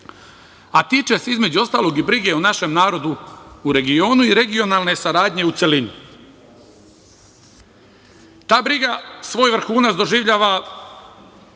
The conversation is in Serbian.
a tiče se, između ostalog, i brige o našem narodu u regionu i regionalne saradnje u celini. Ta briga svoj vrhunac doživljava